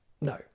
No